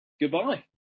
goodbye